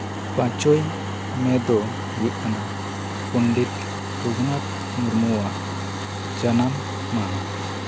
ᱯᱟᱸᱪᱚᱭ ᱢᱮ ᱫᱚ ᱦᱩᱭᱩᱜ ᱠᱟᱱᱟ ᱯᱚᱸᱰᱤᱛ ᱨᱚᱜᱷᱩᱱᱟᱛᱷ ᱢᱩᱨᱢᱩᱣᱟᱜ ᱡᱟᱱᱟᱢ ᱢᱟᱦᱟ